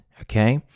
okay